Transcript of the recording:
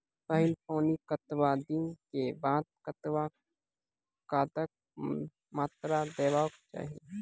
पहिल पानिक कतबा दिनऽक बाद कतबा खादक मात्रा देबाक चाही?